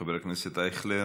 חבר הכנסת אייכלר